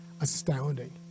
astounding